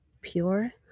pure